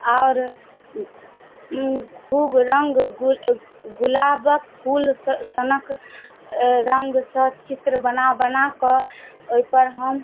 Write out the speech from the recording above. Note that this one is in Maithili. आओर खूब रङ्ग गुलाबक फूल सनक रङ्गसँ चित्र बना बना कऽ ओइपर हम